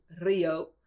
rio